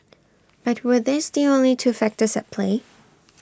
but were these the only two factors at play